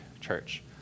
church